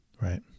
Right